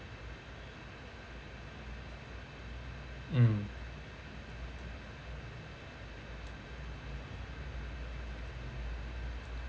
mm